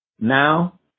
Now